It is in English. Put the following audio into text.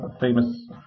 famous